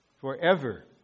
forever